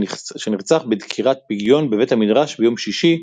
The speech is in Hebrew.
שנרצח בדקירת פגיון בבית המדרש ביום שישי,